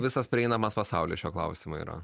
visas prieinamas pasaulis šiuo klausimu yra